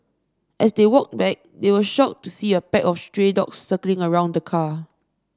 as they walked back they were shocked to see a pack of stray dogs circling around the car